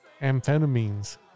Amphetamines